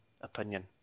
opinion